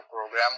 program